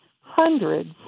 hundreds